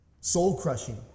Soul-crushing